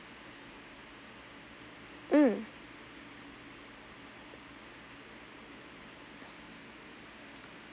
mm